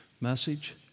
message